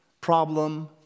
problem